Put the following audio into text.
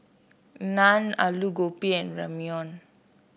Naan Alu Gobi and Ramyeon